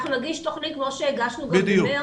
אנחנו נגיש תוכנית שהגשנו במארס.